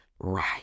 right